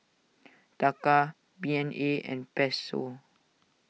Taka B N A and Peso